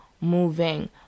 moving